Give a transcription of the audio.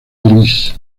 gris